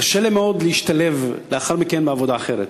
קשה להם מאוד להשתלב לאחר מכן בעבודה אחרת.